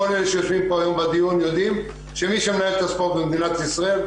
כל אלה שיושבים פה היו בדיון יודעים שמי שמנהל את הספורט במדינת ישראל,